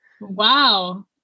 Wow